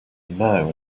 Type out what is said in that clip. now